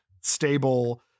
stable